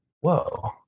Whoa